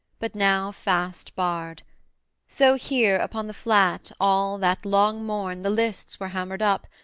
but now fast barred so here upon the flat all that long morn the lists were hammered up,